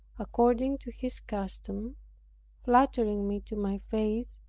according to his custom flattering me to my face,